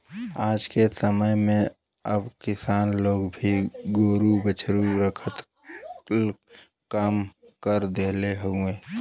आजके समय में अब किसान लोग भी गोरु बछरू रखल कम कर देहले हउव